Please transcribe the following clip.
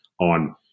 on